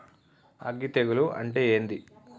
అగ్గి తెగులు అంటే ఏంది?